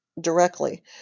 directly